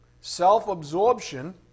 Self-absorption